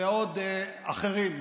ועוד זרים אחרים.